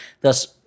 thus